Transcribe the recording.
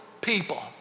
people